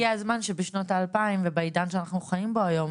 אבל הגיע הזמן שבשנות ה-2000 ובעידן שאנחנו חיים בו היום,